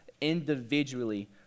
individually